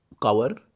cover